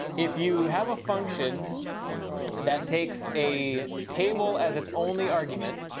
if you have a function that takes a table as its only argument,